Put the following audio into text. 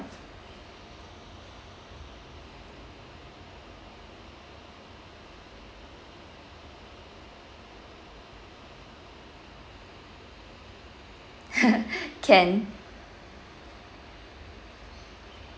can